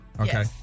Okay